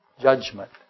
judgment